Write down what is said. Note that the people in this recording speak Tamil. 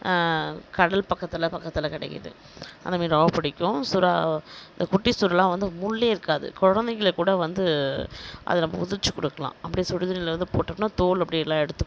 கடல் பக்கத்தில் பக்கத்தில் கிடைக்கிது அந்த மீன் ரொம்ப பிடிக்கும் சுறா இந்த குட்டி சுறாலாம் வந்து முள்ளே இருக்காது குழந்தைங்களுக்கு கூட வந்து அதை நம்ப உதுச்சு கொடுக்கலாம் அப்டேயே சுடு தண்ணியில் வந்து போட்டோம்னால் தோல் அப்டேயே எல்லாம் எடுத்துக்கும்